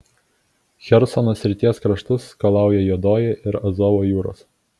chersono srities kraštus skalauja juodoji ir azovo jūros